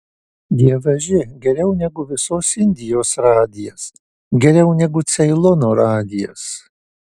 dievaži geriau negu visos indijos radijas geriau negu ceilono radijas